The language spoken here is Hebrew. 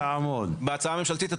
מתייחס להצעה הממשלתית.